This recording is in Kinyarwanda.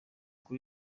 kuri